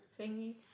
thingy